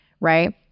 right